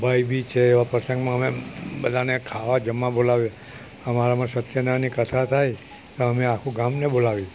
ભાઈ બીજ છે એવા પ્રસંગમાં અમે બધાને ખાવા જમવા બોલાવીએ અમારામાં સત્યનારાયણની કથા થાય તો અમે આખું ગામને બોલાવીએ